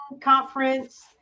conference